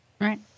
Right